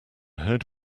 heard